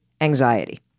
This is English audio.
anxiety